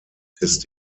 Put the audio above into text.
ist